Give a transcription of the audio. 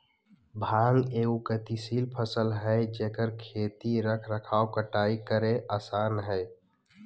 भांग एगो गतिशील फसल हइ जेकर खेती रख रखाव कटाई करेय आसन हइ